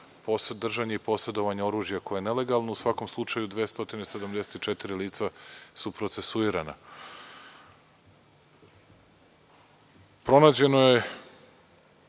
držanje i posedovanje oružja koje je nelegalno, u svakom slučaju 274 lica su procesuirana. Pronađeno je